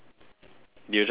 did you just farted